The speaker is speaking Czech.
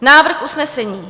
Návrh usnesení: